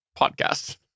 podcast